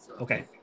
Okay